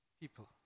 people